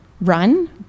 run